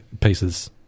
pieces